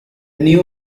new